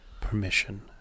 permission